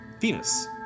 Venus